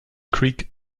creek